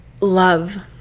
love